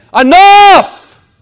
enough